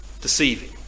deceiving